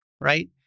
right